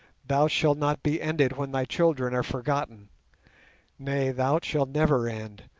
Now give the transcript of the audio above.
thou shalt not be ended when thy children are forgotten nay, thou shalt never end,